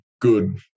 good